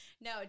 No